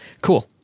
Cool